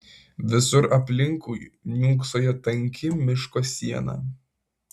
visur aplinkui niūksojo tanki miško siena